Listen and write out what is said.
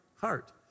heart